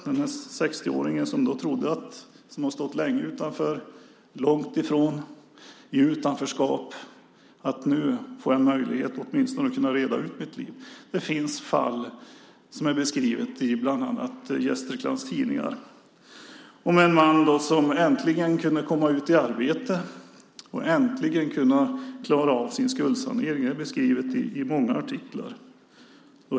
Det drabbar den 60-åring som har stått länge utanför och långt ifrån och som trodde att han skulle få möjlighet att reda ut sitt liv. Det finns ett fall beskrivet i bland annat Gästriklands tidningar. Det handlar om en man som äntligen kunde komma ut i arbete och äntligen skulle kunna klara av sin skuldsanering. Det är beskrivet i många artiklar.